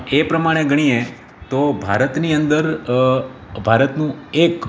એ પ્રમાણે ગણીએ તો ભારતની અંદર ભારતનું એક